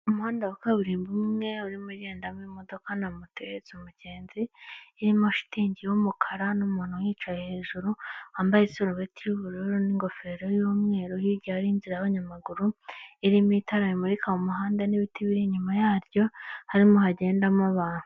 Umuhanda wa kaburimbo umwe urimo ugenda imodoka imwe na moto igenda ihetse umugenzi irimo shitingi yumukara numuntu uhicaye hejuru wambaye isarubeti y'ubururu ningofero y'umweru hirya harinzira yabanyamaguru irimo itara rimurika mumuhanda nibiti birinyuma yaryo harimo hagendamo abantu.